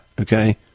Okay